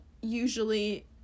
usually